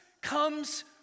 comes